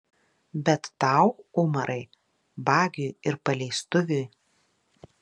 bet tau umarai vagiui ir paleistuviui